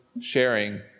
sharing